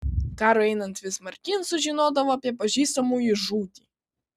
karui einant vis smarkyn sužinodavo apie pažįstamųjų žūtį